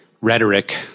rhetoric